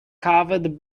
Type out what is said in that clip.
covered